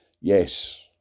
Yes